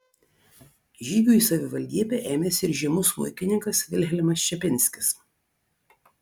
žygių į savivaldybę ėmėsi ir žymus smuikininkas vilhelmas čepinskis